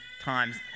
times